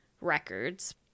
records